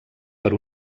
per